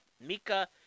Mika